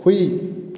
ꯍꯨꯏ